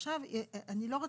עכשיו, אני לא רוצה,